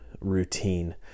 routine